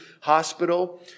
hospital